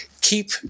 keep